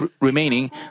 remaining